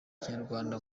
kinyarwanda